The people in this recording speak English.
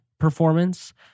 performance